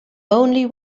only